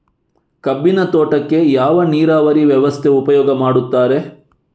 ಕಬ್ಬಿನ ತೋಟಕ್ಕೆ ಯಾವ ನೀರಾವರಿ ವ್ಯವಸ್ಥೆ ಉಪಯೋಗ ಮಾಡುತ್ತಾರೆ?